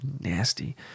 nasty